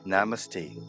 Namaste